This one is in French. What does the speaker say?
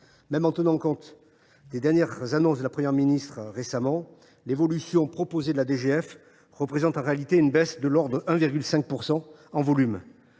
Même en tenant compte des dernières annonces de la Première ministre, l’évolution proposée pour cette dotation représente en réalité une baisse de l’ordre de 1,5 % en volume.